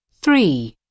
Three